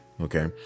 Okay